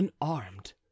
unarmed